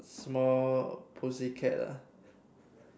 small pussycat ah